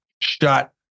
shut